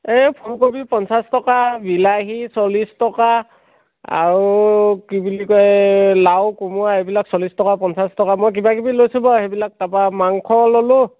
এই ফুলকবি পঞ্চাছ টকা বিলাহী চল্লিছ টকা আৰু কি বুলি কয় লাও কোমোৰা এইবিলাক চল্লিছ টকা পঞ্চাছ টকা মই কিবা কিবি লৈছোঁ বাৰু সেইবিলাক তাৰপৰা মাংস ল'লোঁ